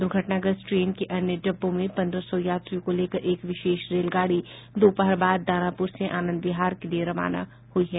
द्र्घटनाग्रस्त train के अन्य डब्बों में पंद्रह सौ यात्रियों को लेकर एक विशेष रेलगाड़ी दोपहर बाद दानापुर से आनंद विहार के लिए रवाना हुई है